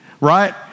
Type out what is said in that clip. right